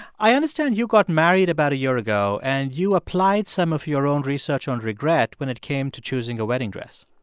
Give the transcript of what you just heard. i understand you got married about a year ago, and you applied some of your own research on regret when it came to choosing a wedding dress